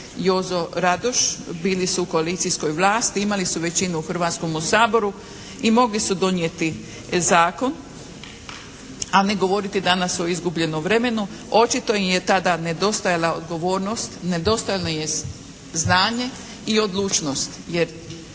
Jozo Radoš bili su u koalicijskoj vlasti i imali su većinu u Hrvatskomu saboru i mogli su donijeti zakon, a ne govoriti danas o izgubljenom vremenu. Očito im je tada nedostajala odgovornost, nedostajalo im je znanje i odlučnost,